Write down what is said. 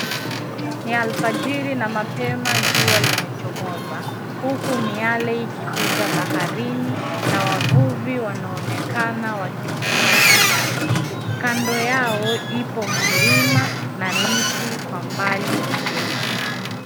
Ni alfajiri na mapema jua limechomoza, huku miale ikipiga baharini na wavuvi wanaonekana wakivua samaki. Kando yao ipo milima na miti kwa mbali ikionekana.